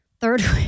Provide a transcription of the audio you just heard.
third